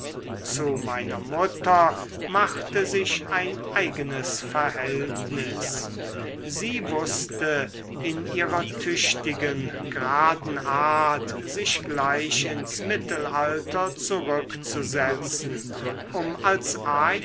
zu meiner mutter machte sich ein eigenes verhältnis sie wußte in ihrer tüchtigen graden art sich gleich ins mittelalter zurückzusetzen um als